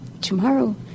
tomorrow